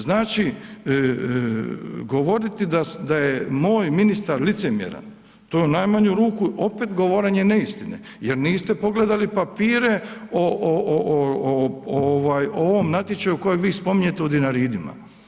Znači, govoriti da je moj ministar licemjeran, to u najmanju ruku opet govorenje neistine jer niste pogledali papire o ovom natječaju kojeg vi spominjete u Dinaridima.